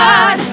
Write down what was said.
God